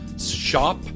shop